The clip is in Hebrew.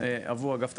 עבור אגף תקציבים,